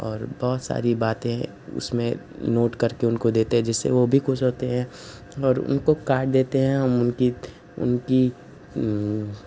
और बहुत सारी बातें उसमें नोट कर के उनको देते हैं जिससे वो भी खुश होते हैं और उनको कार्ड देते हैं